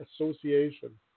Association